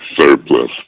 surplus